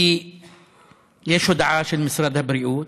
כי יש הודעה של משרד הבריאות,